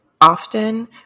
often